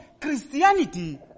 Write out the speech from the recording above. Christianity